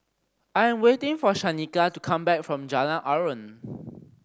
I am waiting for Shanika to come back from Jalan Aruan